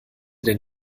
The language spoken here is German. denn